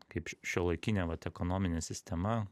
kaip š šiuolaikinė vat ekonominė sistema